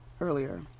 earlier